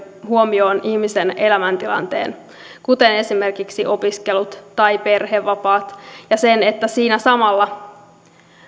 huomioon ihmisen elämäntilanteen kuten esimerkiksi opiskelut tai perhevapaat ja sen että siinä samalla